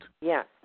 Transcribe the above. Yes